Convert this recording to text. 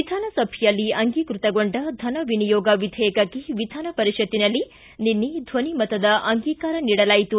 ವಿಧಾನಸಭೆಯಲ್ಲಿ ಅಂಗೀಕೃತಗೊಂಡ ಧನವಿನಿಯೋಗ ವಿಧೇಯಕಕ್ಕೆ ವಿಧಾನ ಪರಿಷತ್ತಿನಲ್ಲಿ ನಿನ್ನೆ ಧ್ವನಿಮತದ ಅಂಗೀಕಾರ ನೀಡಲಾಯಿತು